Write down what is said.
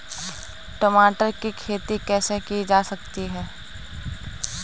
टमाटर की खेती कैसे की जा सकती है?